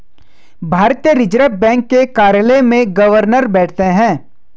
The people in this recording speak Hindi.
भारतीय रिजर्व बैंक के कार्यालय में गवर्नर बैठते हैं